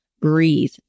Breathe